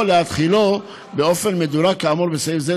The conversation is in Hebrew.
או להחילו באופן מדורג כאמור בסעיף זה,